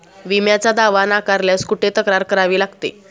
विम्याचा दावा नाकारल्यास कुठे तक्रार करावी लागते?